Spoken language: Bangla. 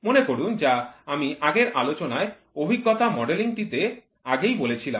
মনে করুন যা আমি আগের আলোচনায় অভিজ্ঞতা মডেলিং টিতে আগেই বলেছিলাম